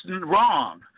wrong